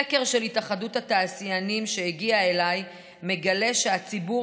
סקר של התאחדות התעשיינים שהגיע אליי מגלה שהציבור